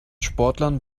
sportlern